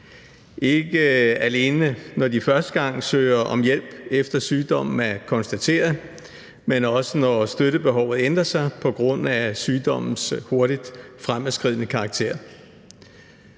ikke alene når de første gang søger om hjælp, efter sygdommen er konstateret, men også når støttebehovet ændrer sig på grund af sygdommens hurtigt fremadskridende karakter.